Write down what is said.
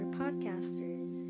podcasters